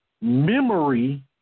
memory